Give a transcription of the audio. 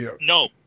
No